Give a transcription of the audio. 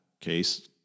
case